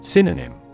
Synonym